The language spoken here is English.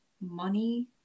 money